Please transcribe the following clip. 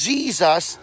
Jesus